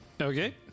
Okay